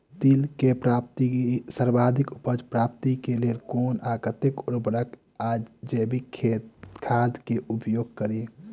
तिल केँ सर्वाधिक उपज प्राप्ति केँ लेल केँ कुन आ कतेक उर्वरक वा जैविक खाद केँ उपयोग करि?